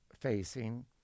facing